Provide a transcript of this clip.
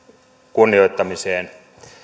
kunnioittamiseen